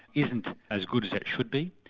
isn't as good as it should be.